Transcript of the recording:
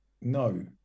No